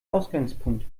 ausgangspunkt